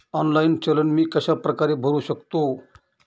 Online चलन मी कशाप्रकारे भरु शकतो?